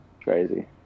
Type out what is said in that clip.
Crazy